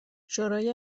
شورای